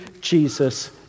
Jesus